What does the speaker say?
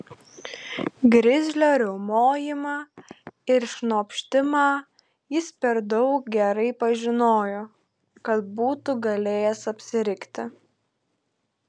grizlio riaumojimą ir šnopštimą jis per daug gerai pažinojo kad būtų galėjęs apsirikti